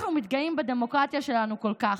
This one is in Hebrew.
אנחנו מתגאים בדמוקרטיה שלנו כל כך.